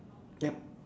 yup